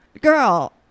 Girl